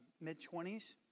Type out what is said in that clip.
mid-20s